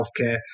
healthcare